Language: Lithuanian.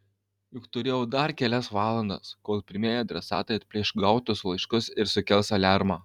juk turėjau dar kelias valandas kol pirmieji adresatai atplėš gautus laiškus ir sukels aliarmą